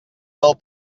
del